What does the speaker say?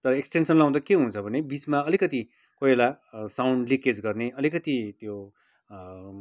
र एक्स्टेन्सन लाउँदा के हुन्छ भने बिचमा अलिकति कोहीबेला साउन्ड लिकेज गर्ने अलिकति त्यो